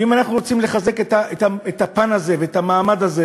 ואם אנחנו רוצים לחזק את הפן הזה ואת המעמד הזה